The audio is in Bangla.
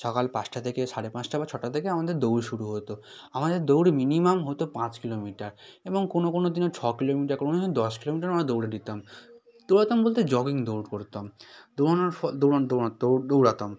সকাল পাঁচটা থেকে সাড়ে পাঁচটা বা ছটা থেকে আমাদের দৌড় শুরু হতো আমাদের দৌড় মিনিমাম হতো পাঁচ কিলোমিটার এবং কোনো কোনো দিনও ছ কিলোমিটার কোনো দিন দশ কিলোমিটারও আমরা দৌড়ে দিতাম দৌড়াতাম বলতে জগিং দৌড় করতাম দৌড়ানোর ফল দৌড়ান দৌড়ান দৌড় দৌড়াতাম